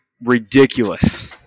ridiculous